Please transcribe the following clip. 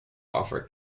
offer